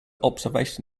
observation